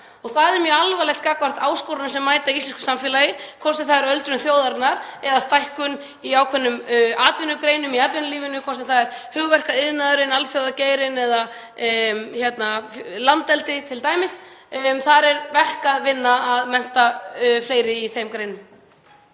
og það er mjög alvarlegt gagnvart áskorunum sem mæta íslensku samfélagi, hvort sem það er öldrun þjóðarinnar eða stækkun í ákveðnum atvinnugreinum í atvinnulífinu, hvort sem það er hugverkaiðnaðurinn, alþjóðageirinn eða landeldi t.d. Þar er verk að vinna, að mennta fleiri í þeim greinum.